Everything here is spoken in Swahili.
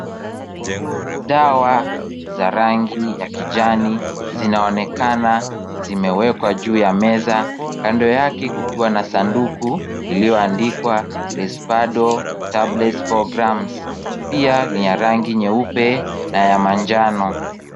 Dawa za rangi ya kijani zinaonekana zimewekwa juu ya meza kando yake kukiwa na sanduku iliyoandikwa Risperdal Tablets four grams . Pia ni ya rangi nyeupe na ya manjano.